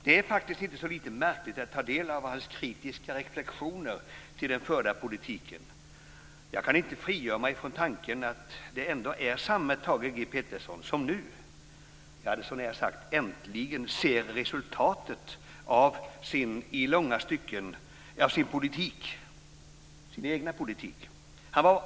Det är inte så lite märkligt att ta del av hans kritiska reflexioner till den förda politiken. Jag kan inte frigöra mig från tanken att det ändå är samme Thage G Peterson som nu - jag hade så när sagt äntligen - ser resultatet av sin egen politik.